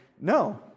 no